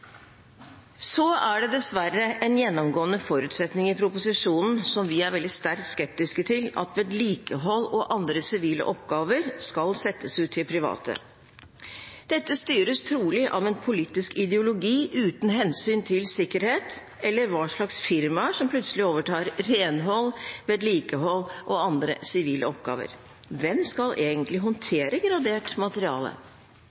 Det er dessverre en gjennomgående forutsetning i proposisjonen – som vi er sterkt skeptiske til – at vedlikehold og andre sivile oppgaver skal settes ut til private. Dette styres trolig av en politisk ideologi, uten hensyn til sikkerhet eller hva slags firmaer som plutselig overtar renhold, vedlikehold og andre sivile oppgaver. Hvem skal egentlig